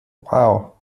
wow